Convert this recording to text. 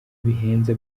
bihenze